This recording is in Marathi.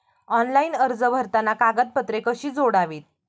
ऑनलाइन अर्ज भरताना कागदपत्रे कशी जोडावीत?